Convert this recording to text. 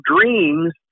dreams